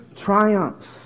triumphs